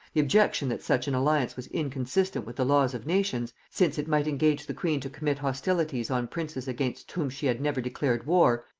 the objection that such an alliance was inconsistent with the laws of nations, since it might engage the queen to commit hostilities on princes against whom she had never declared war,